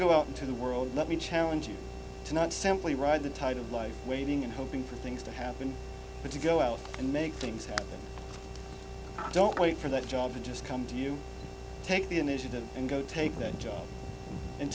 go out into the world let me challenge you to not simply ride the tide of life waiting and hoping for things to happen but to go out and make things don't wait for that job just come to you take the initiative and go take the job in